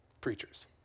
preachers